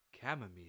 Chamomile